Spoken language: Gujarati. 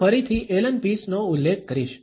હું ફરીથી એલન પીસનો ઉલ્લેખ કરીશ